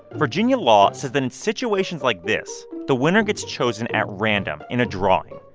virginia law says that in situations like this, the winner gets chosen at random in a drawing.